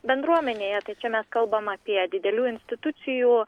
bendruomenėje tai čia mes kalbam apie didelių institucijų